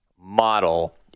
Model